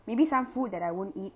maybe some food that I won't eat